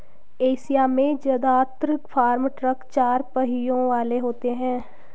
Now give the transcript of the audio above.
Asia में जदात्र farm truck चार पहियों वाले होते हैं